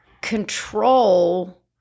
control